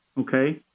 Okay